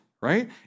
right